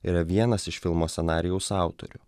yra vienas iš filmo scenarijaus autorių